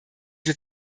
wir